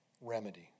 remedy